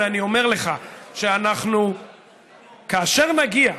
ואני אומר לך, כאשר נגיע,